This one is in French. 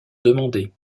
demander